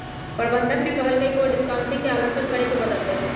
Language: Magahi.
प्रबंधक ने कहल कई की वह डिस्काउंटिंग के आंकलन करके बतय तय